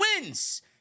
wins